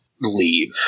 leave